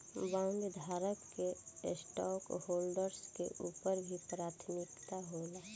बॉन्डधारक के स्टॉकहोल्डर्स के ऊपर भी प्राथमिकता होला